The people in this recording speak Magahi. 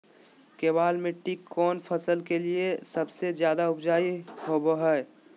केबाल मिट्टी कौन फसल के लिए सबसे ज्यादा उपजाऊ होबो हय?